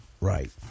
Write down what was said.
Right